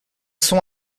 sont